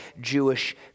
Jewish